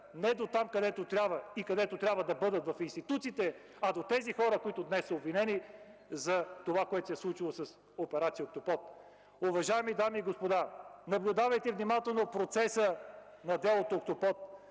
не там, където трябва и където трябва да бъдат – в институциите, а до тези хора, които днес са обвинени за това, което се е случило с операция „Октопод”. Уважаеми дами и господа, наблюдавайте внимателно процеса на делото „Октопод”,